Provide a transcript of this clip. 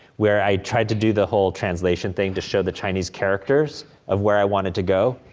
where i tried to do the whole translation thing to show the chinese characters of where i wanted to go,